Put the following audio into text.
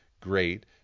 great